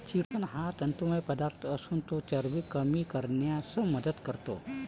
chitosan हा तंतुमय पदार्थ असून तो चरबी कमी करण्यास मदत करतो